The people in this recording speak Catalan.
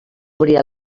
obrir